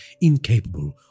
incapable